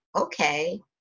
okay